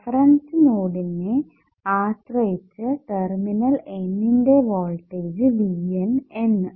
reference നോഡിനെ ആശ്രയിച്ചു terminal N ന്റെ വോൾടേജ് VN എന്ന്